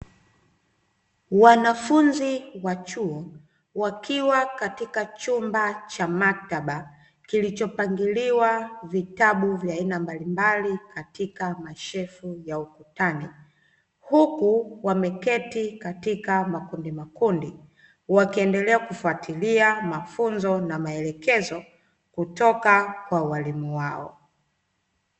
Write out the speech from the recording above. Wanafunzi wa chuo wakiwa katika chumba cha maktaba kilichopangiliwa vitabu vya aina mbalimbali katika mashelfu ya ukutani, huku wameketi katika makundi makundi wakiendelea kufuatilia mafunzo na maelekezo kutoka kwa walimu wao.